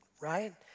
Right